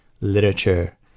literature